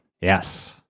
Yes